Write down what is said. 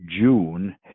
June